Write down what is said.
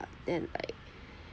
then like